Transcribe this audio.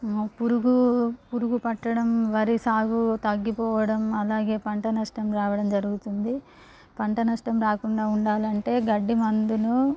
పురుగు పురుగు పట్టడం వరి సాగు తగ్గిపోవడం అలాగే పంట నష్టం రావడం జరుగుతుంది పంట నష్టం రాకుండా ఉండాలంటే గడ్డి మందును